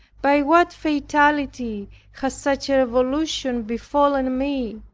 by what fatality has such a revolution befallen me?